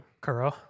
kuro